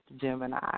Gemini